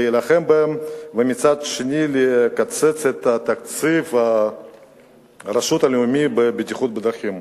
ומצד שני לקצץ את התקציב של הרשות הלאומית לבטיחות בדרכים.